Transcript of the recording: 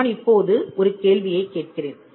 நான் இப்போது ஒரு கேள்வியைக் கேட்கிறேன்